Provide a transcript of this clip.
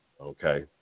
okay